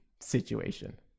situation